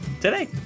today